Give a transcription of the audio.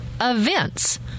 events